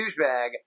douchebag